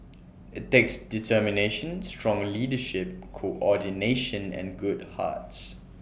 IT takes determination strong leadership coordination and good hearts